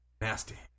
Nasty